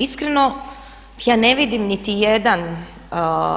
Iskreno, ja ne vidim niti jedan